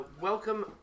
welcome